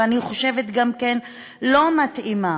ואני חושבת גם כן לא מתאימה,